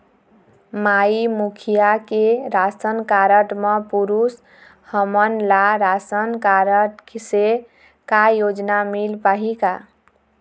माई मुखिया के ration card म पुरुष हमन ला रासनकारड से का योजना मिल पाही का?